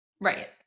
Right